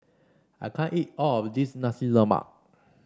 I can't eat all of this Nasi Lemak